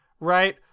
right